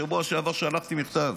שבוע שעבר שלחתי מכתב,